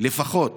לפחות